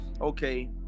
okay